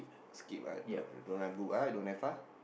skip ah don't don't have book ah you don't have ah